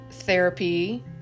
therapy